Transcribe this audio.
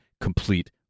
complete